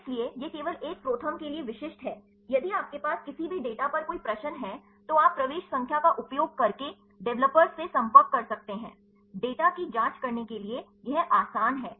इसलिए यह केवल एक ProTherm के लिए विशिष्ट है यदि आपके पास किसी भी डेटा पर कोई प्रश्न हैं तो आप प्रवेश संख्या का उपयोग करके डेवलपर्स से संपर्क कर सकते हैं डेटा की जांच करने के लिए यह आसान है